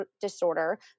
disorder